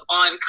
on